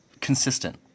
consistent